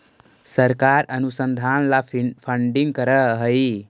सरकार अनुसंधान ला फंडिंग करअ हई